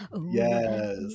Yes